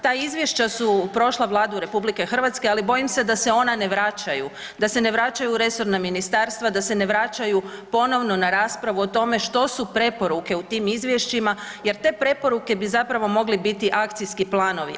Ta izvješća su prošla Vladu RH, ali bojim se da se ona ne vraćaju, da se ne vraćaju u resorna ministarstva, da se ne vraćaju ponovno na raspravu o tome što su preporuke u tim izvješćima jer te preporuke bi zapravo mogli biti akcijski planovi.